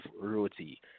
roti